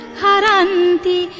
haranti